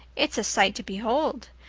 it's a sight to behold.